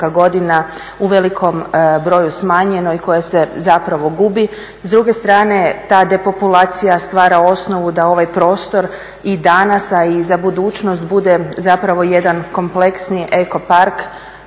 godina u velikom broju smanjeno i koje se zapravo gubi. S druge strane ta depopulacija stvara osnovu da ovaj prostor i dana a i za budućnost bude zapravo jedan kompleksni eko park,